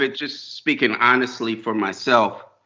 ah just speaking honestly for myself,